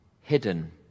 hidden